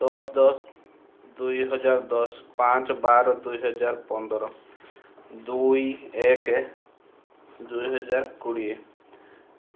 ଦଶ ଦଶ ଦୁଇ ହଜାର ଦଶ ପାଞ୍ଚ ବାର ଦୁଇ ହଜାର ପନ୍ଦର ଦୁଇ ଏକେ ଦୁଇ ହଜାର କୋଡ଼ିଏ